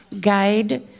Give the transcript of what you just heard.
guide